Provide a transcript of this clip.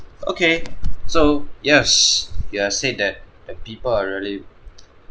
okay so yes you have said that the people are really